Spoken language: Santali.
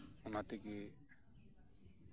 ᱚᱱᱟ ᱛᱮᱜᱮ